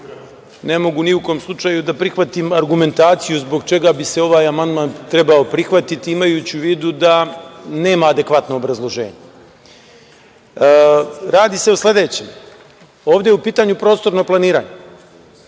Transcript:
ne mogu ni u kom slučaju da prihvatim argumentaciju zbog čega bi se ovaj amandman trebao prihvatiti, imajući u vidu da nema adekvatno obrazloženje. Radi se o sledećem. Ovde je u pitanju prostorno planiranje.